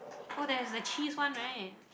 oh there's the cheese one right